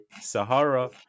Sahara